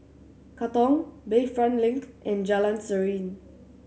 Katong Bayfront Link and Jalan Serene